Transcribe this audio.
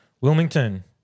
Wilmington